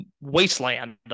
wasteland